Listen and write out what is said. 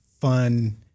fun